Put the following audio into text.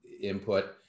input